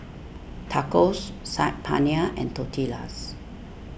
Tacos Saag Paneer and Tortillas